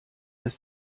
des